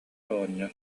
оҕонньор